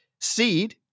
Seed